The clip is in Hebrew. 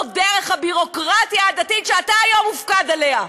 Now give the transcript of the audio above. דרך הביורוקרטיה הדתית שאתה היום מופקד עליה.